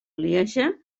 lieja